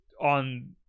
on